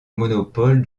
monopole